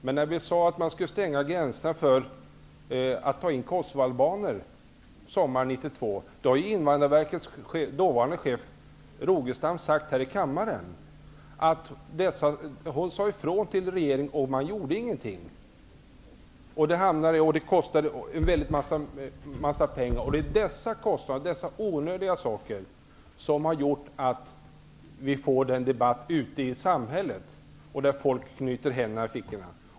Men när vi sade att vi skulle stänga gränserna för kosovoalbaner sommaren 1992, hade Invandrarverkets dåvarande chef Rogestam sagt ifrån till regeringen, och man gjorde ingenting. Det kostade väldigt mycket pengar. Det är sådana kostnader och sådana onödiga saker som har gjort att vi har fått en debatt ute i samhället och att folk knyter händerna i fickorna.